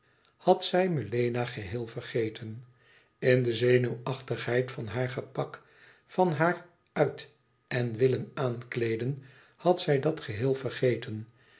had zij melena geheel vergeten in de zenuwachtigheid van haar gepak van haar uit en willen aankleeden had zij dat geheel vergede